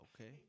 okay